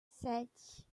sete